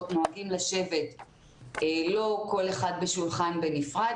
נוהגים לשבת לא כל אחד בשולחן בנפרד,